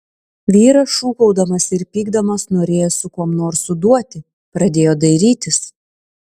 vyras šūkaudamas ir pykdamas norėjo su kuom nors suduoti pradėjo dairytis